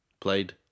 played